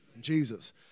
Jesus